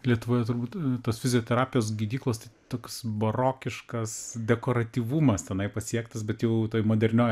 lietuvoje turbūt tos fizioterapijos gydyklos tai toks barokiškas dekoratyvumas tenai pasiektas bet jau tuoj modernioj